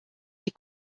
des